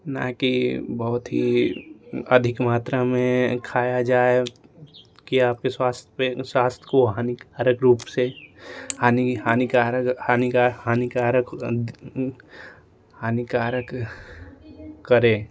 न कि बहुत ही अधिक मात्रा में खाया जाए की आपके स्वास्थय पर स्वास्थय को हानिकारक रूप से हानि हानिकारक हानि का हानिकारक हानिकारक करे